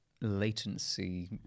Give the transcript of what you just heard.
latency